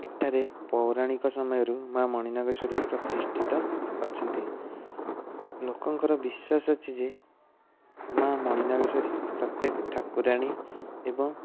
ଏଠାରେ ପୌରାଣିକ ସମୟରୁ ମା' ମଣିନାଗେଶ୍ୱରୀ ପ୍ରତିଷ୍ଠିତ ଅଛନ୍ତି ଲୋକଙ୍କର ବିଶ୍ୱାସ ଅଛି ଯେ ମା' ମଣିନାଗେଶ୍ୱରୀ ପ୍ରତ୍ୟେକ୍ଷ ଠାକୁରାଣୀ ଏବଂ